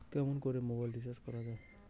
কেমন করে mobile recharge করা য়ায়?